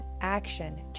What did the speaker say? action